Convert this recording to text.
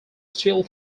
still